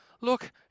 Look